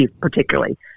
particularly